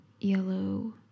yellow